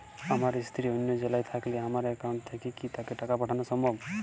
আমার স্ত্রী অন্য জেলায় থাকলে আমার অ্যাকাউন্ট থেকে কি তাকে টাকা পাঠানো সম্ভব?